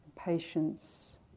patience